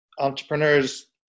entrepreneurs